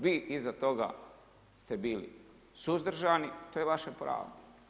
Vi iza toga ste vili suzdržani, to je vaše pravo.